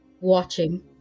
watching